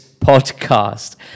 podcast